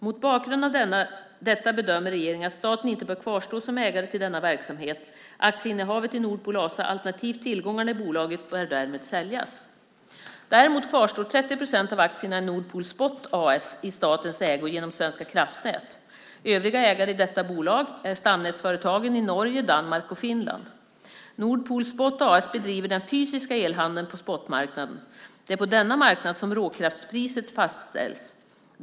Mot bakgrund av detta bedömer regeringen att staten inte bör kvarstå som ägare till denna verksamhet. Aktieinnehavet i Nord Pool ASA alternativt tillgångarna i bolaget bör därmed säljas. Däremot kvarstår 30 procent av aktierna i Nord Pool Spot AS i statens ägo genom Svenska kraftnät. Övriga ägare i detta bolag är stamnätsföretagen i Norge, Danmark och Finland. Nord Pool Spot AS bedriver den fysiska elhandeln på spotmarknaden. Det är på denna marknad som råkraftspriset fastställs.